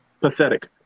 pathetic